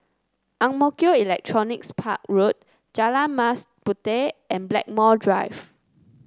Ang Mo Kio Electronics Park Road Jalan Mas Puteh and Blackmore Drive